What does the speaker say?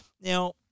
Now